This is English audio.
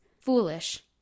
foolish